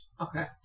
Okay